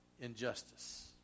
injustice